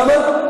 למה?